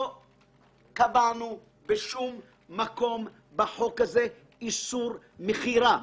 לא קבענו בשום מקום בחוק הזה איסור מכירה.